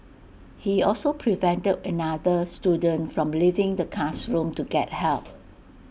he also prevented another student from leaving the classroom to get help